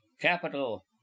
Capital